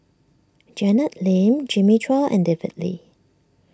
Janet Lim Jimmy Chua and David Lee